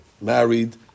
Married